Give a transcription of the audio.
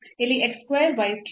ಇಲ್ಲಿ x square y cube